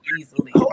easily